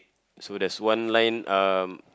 so there's one line um